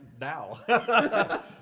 now